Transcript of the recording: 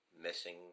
Missing